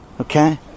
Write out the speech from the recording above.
okay